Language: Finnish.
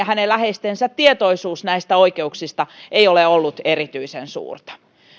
hänen läheistensä tietoisuus näistä oikeuksista ei ole ollut erityisen suurta